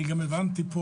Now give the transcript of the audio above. אני גם הבנתי פה,